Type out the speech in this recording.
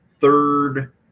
third